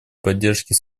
поддержке